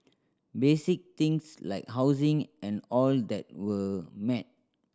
basic things like housing and all that were met